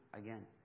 again